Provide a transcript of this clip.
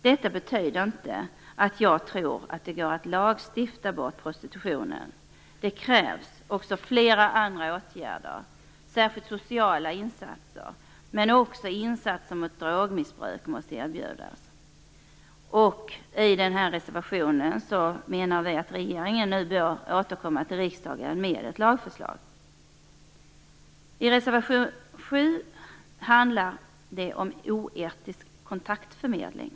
Det betyder inte att jag tror att det går att lagstifta bort prostitutionen. Det krävs flera andra åtgärder, särskilt sociala insatser, men också insatser mot drogmissbruk måste erbjudas. I den här reservationen menar vi att regeringen bör återkomma till riksdagen med ett lagförslag. Reservation 7 handlar om oetisk kontaktförmedling.